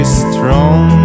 strong